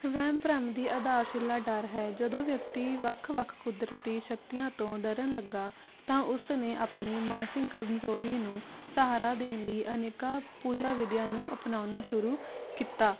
ਵਹਿਮ ਭਰਮ ਦੀ ਅਧਾਰਸ਼ਿਲਾ ਡਰ ਹੈ ਜਦੋਂ ਵਿਅਕਤੀ ਵੱਖ ਵੱਖ ਕੁਦਰਤੀ ਸ਼ਕਤੀਆਂ ਤੋਂ ਡਰਨ ਲੱਗਾ ਤਾਂ ਉਸ ਨੇ ਆਪਣੀ ਮਾਨਸਿਕ ਕਮਜ਼ੋਰੀ ਨੂੰ ਸਹਾਰਾ ਦੇਣ ਲਈ ਅਨੇਕਾਂ ਪੂਜਾ ਵਿੱਦਿਆ ਨੂੰ ਅਪਣਾਉਣਾ ਸ਼ੁਰੂ ਕੀਤਾ